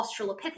Australopithecus